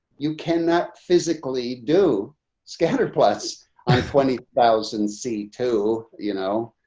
you cannot physically do scattered plus twenty thousand see to you know,